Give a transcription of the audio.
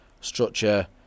structure